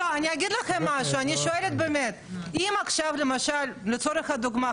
אני שואלת לצורך הדוגמה,